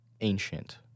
ancient